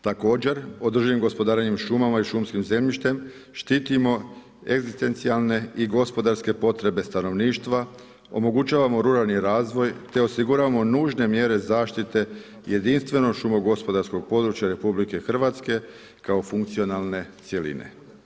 Također, održivim gospodarenjem šumama i šumskim zemljištem štitimo egzistencijalne i gospodarske potrebe stanovništva, omogućavamo ruralni razvoj te osiguravamo nužne mjere zaštite jedinstvenog šumogospodarskog područja RH kao funkcionalne cjeline.